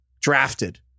drafted